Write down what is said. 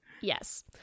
Yes